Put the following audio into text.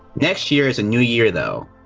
next year's a new year though.